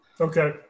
Okay